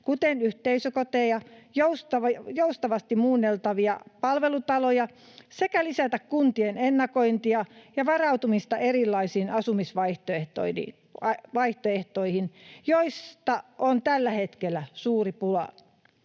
kuten yhteisökoteja ja joustavasti muunneltavia palvelutaloja, sekä lisätä kuntien ennakointia ja varautumista erilaisiin asumisvaihtoehtoihin, joista on tällä hetkellä suuri pula.